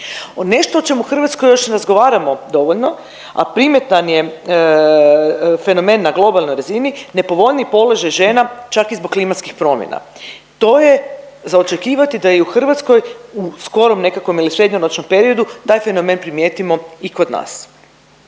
Nešto o čemu u Hrvatskoj još razgovaramo dovoljno, a primjetan je fenomen na globalnoj razini, nepovoljniji položaj žena čak i zbog klimatskim promjena. To je za očekivati da i u Hrvatskoj u skorom nekakvom ili srednjoročnom periodu taj fenomen primijetimo i kod nas.